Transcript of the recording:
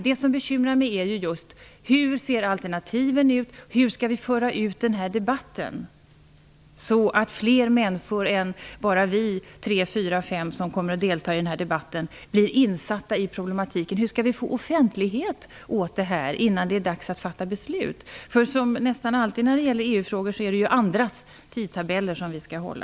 Det som bekymrar mig är dock vilka alternativ det finns och hur vi skall föra ut den här debatten så att fler människor än vi tre fyra fem som kommer att delta i den här debatten blir insatta i problematiken. Hur skall vi kunna ge frågan offentlighet innan det är dags att fatta beslut? Liksom nästan alltid när det gäller EU-frågor är det andras tidtabeller vi skall hålla.